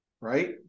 right